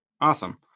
awesome